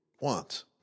wants